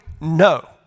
no